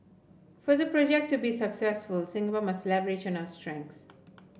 for the project to be successful Singapore must leverage on strengths